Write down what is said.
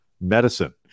medicine